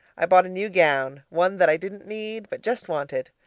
i bought a new gown one that i didn't need, but just wanted.